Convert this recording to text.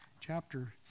chapter